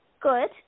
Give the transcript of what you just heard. good